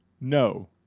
No